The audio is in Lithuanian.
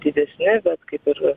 didesni bet kaip ir